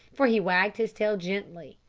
for he wagged his tail gently,